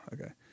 okay